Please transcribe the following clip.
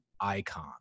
icon